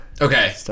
Okay